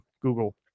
google